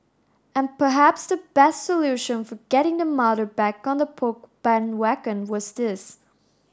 and perhaps the best solution for getting the mother back on the Poke bandwagon was this